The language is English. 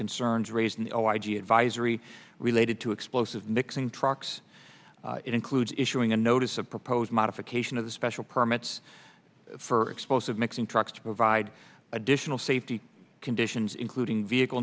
concerns raised in the oh i g advisory related to explosive mixing trucks it includes issuing a notice of proposed modification of the special permits for explosive mixing trucks to provide additional safety conditions including vehicle